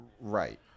Right